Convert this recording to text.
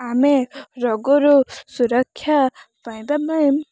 ଆମେ ରୋଗରୁ ସୁରକ୍ଷା ପାଇବା ପାଇଁ